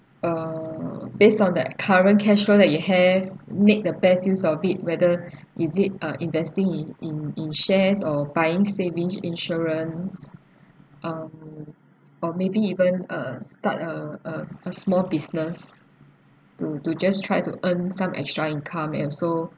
uh based on that current cash roll that you have make the best use of it whether is it ah investing in in in shares or buying saving insurance um or maybe even uh start uh a a small business to to just earn some extra income and also